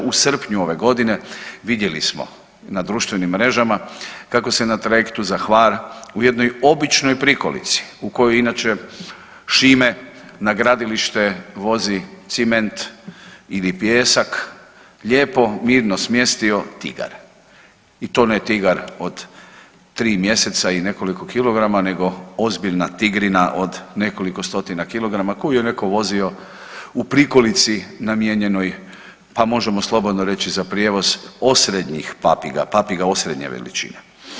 U srpnju ove godine vidjeli smo na društvenim mrežama kako se na trajektu za Hvar u jednoj običnoj prikolici u kojoj inače Šime na gradilište vozi ciment ili pijeska, lijepo mirno smjestio tigar i to ne tigar od 3 mjeseca i nekoliko kilograma nego ozbiljna tigrina od nekoliko 100-tina kilograma koju je neko vozio u prikolici namijenjenoj, pa možemo slobodno reći za prijevoz osrednjih papiga, papiga osrednje veličine.